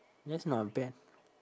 that's not bad